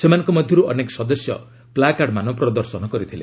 ସେମାନଙ୍କ ମଧ୍ୟରୁ ଅନେକ ସଦସ୍ୟ ପ୍ଲାକାର୍ଡମାନ ପ୍ରଦର୍ଶନ କରିଥିଲେ